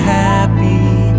happy